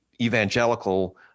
evangelical